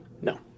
No